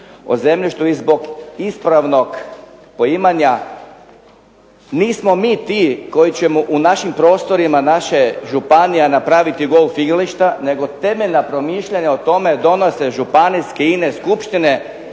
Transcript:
o zemljištu i zbog ispravnog poimanja nismo mi ti koji ćemo u našim prostorima naših županija napraviti golf igrališta nego temeljna promišljanja o tome donose županijske i ine skupštine